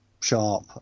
sharp